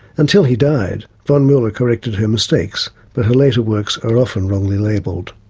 until he died, von mueller corrected her mistakes, but her later works are often wrongly labelled.